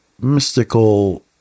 Mystical